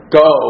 go